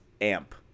amp